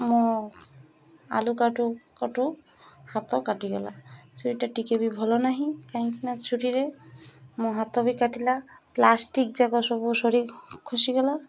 ମୋ ଆଳୁ କାଟୁ କଟୁ ହାତ କାଟିଗଲା ଛୁରୀଟା ଟିକେ ବି ଭଲ ନାହିଁ କାହିଁକି ନା ଛୁରୀରରେ ମୋ ହାତ ବି କାଟିଲା ପ୍ଲାଷ୍ଟିକ୍ଯାକ ସବୁ ସରି ଖସିଗଲା